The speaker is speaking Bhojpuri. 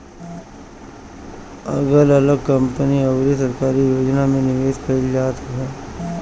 अगल अलग कंपनी अउरी सरकारी योजना में निवेश कईल जात हवे